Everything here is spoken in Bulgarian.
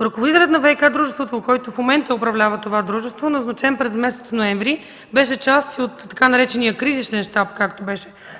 Ръководителят на ВиК дружеството, който в момента го управлява, е назначен през месец ноември. Беше част от така наречения „кризисен щаб”, както е